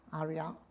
area